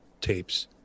tapes